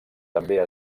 també